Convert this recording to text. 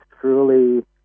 truly